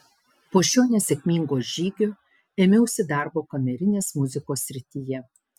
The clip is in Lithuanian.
po šio nesėkmingo žygio ėmiausi darbo kamerinės muzikos srityje